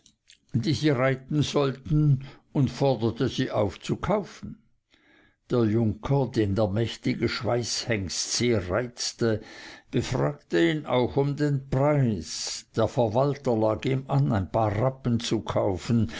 die sie reiten sollten und forderte sie auf zu kaufen der junker den der mächtige schweißhengst sehr reizte befragte ihn auch um den preis der verwalter lag ihm an ein paar rappen zu kaufen